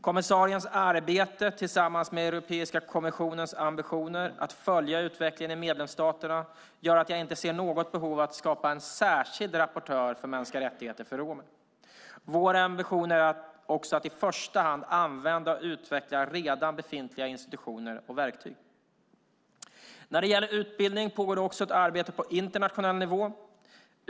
Kommissariens arbete tillsammans med Europeiska kommissionens ambitioner att följa utvecklingen i medlemsstaterna gör att jag inte ser något behov av att skapa en särskild rapportör för mänskliga rättigheter för romer. Vår ambition är också att i första hand använda och utveckla redan befintliga institutioner och verktyg. När det gäller utbildning pågår det också ett arbete på internationell nivå.